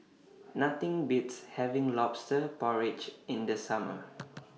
Nothing Beats having Lobster Porridge in The Summer